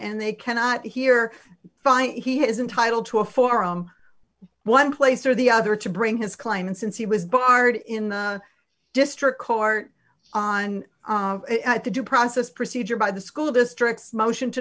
and they cannot hear fight he isn't title to a forum one place or the other to bring his claim and since he was barred in the district court on the due process procedure by the school districts motion to